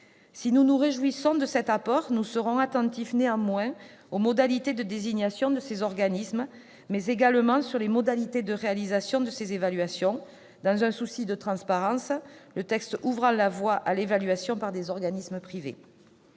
Si nous nous réjouissons de cet apport, nous serons néanmoins attentifs aux modalités de désignation de ces organismes, ainsi qu'aux les modalités de réalisation de ces évaluations, dans un souci de transparence, le texte ouvrant la voie à l'évaluation par des organismes privés.